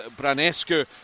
Branescu